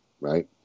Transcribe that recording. right